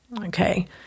okay